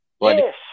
Yes